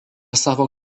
savo